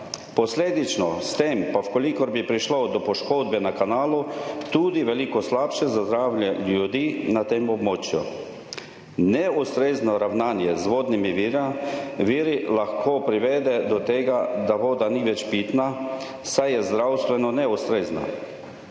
posledično s tem pa, v kolikor bi prišlo do poškodbe na kanalu, tudi veliko slabše za zdravje ljudi na tem območju. Neustrezno ravnanje z vodnimi viri, viri lahko privede do tega, da voda ni več pitna, saj je zdravstveno neustrezna,